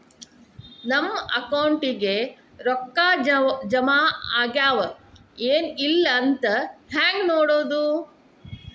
ನಮ್ಮ ಅಕೌಂಟಿಗೆ ರೊಕ್ಕ ಜಮಾ ಆಗ್ಯಾವ ಏನ್ ಇಲ್ಲ ಅಂತ ಹೆಂಗ್ ನೋಡೋದು?